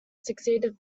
succeeded